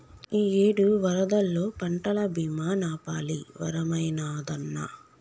ఇయ్యేడు వరదల్లో పంటల బీమా నాపాలి వరమైనాదన్నా